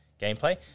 gameplay